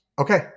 Okay